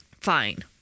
Fine